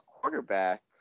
quarterback